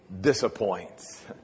disappoints